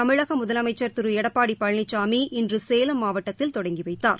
தமிழக முதலமைச்சர் திரு எடப்பாடி பழனிசாமி இன்று சேலம் மாவட்டத்தில் தொடங்கிவைத்தார்